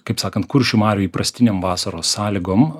kaip sakant kuršių marių įprastinėm vasaros sąlygom